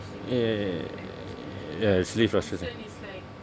y~ ya it's really frustrating